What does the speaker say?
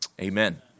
Amen